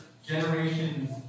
generations